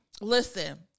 Listen